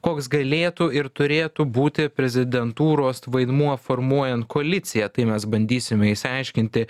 koks galėtų ir turėtų būti prezidentūros vaidmuo formuojant koaliciją tai mes bandysime išsiaiškinti